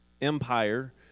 empire